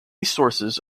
sources